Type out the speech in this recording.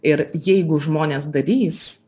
ir jeigu žmonės darys